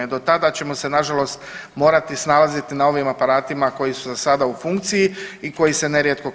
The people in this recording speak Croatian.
Do tada ćemo se na žalost morati snalaziti na ovim aparatima koji su za sada u funkciji i koji se nerijetko kvare.